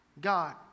God